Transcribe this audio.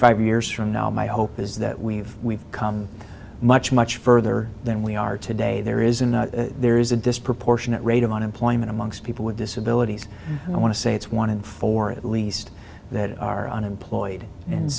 five years from now my hope is that we've come much much further than we are today there is in there is a disproportionate rate of unemployment amongst people with disabilities and i want to say it's one in four at least that are unemployed and